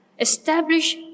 establish